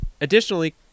additionally